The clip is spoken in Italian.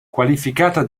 qualificata